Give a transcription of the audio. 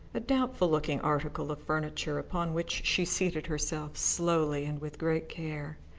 a doubtful-looking article of furniture upon which she seated herself slowly and with great care.